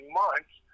months